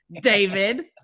David